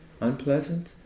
Unpleasant